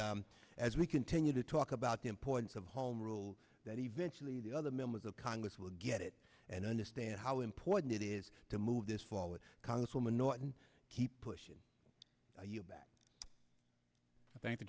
as we continue to talk about the importance of home rule that eventually the other members of congress will get it and understand how important it is to move this forward congresswoman norton keep pushing back thank